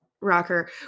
rocker